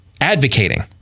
advocating